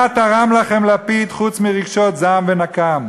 מה תרם לכם לפיד חוץ מרגשות זעם ונקם?